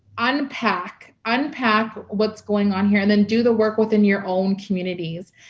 unpack unpack what's going on here and then do the work within your own communities.